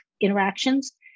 interactions